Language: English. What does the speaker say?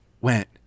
went